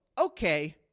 okay